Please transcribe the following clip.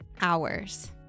hours